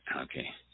Okay